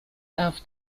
auf